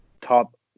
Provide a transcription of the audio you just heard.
top